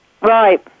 right